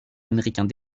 américains